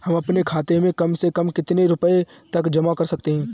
हम अपने खाते में कम से कम कितने रुपये तक जमा कर सकते हैं?